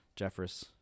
Jeffress